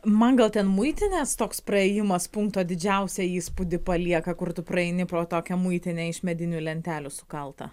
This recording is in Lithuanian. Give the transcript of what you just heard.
man gal ten muitinės toks praėjimas punkto didžiausią įspūdį palieka kur tu praeini pro tokią muitinę iš medinių lentelių sukaltą